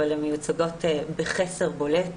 אבל הן מיוצגות בחסר בולט.